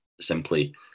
simply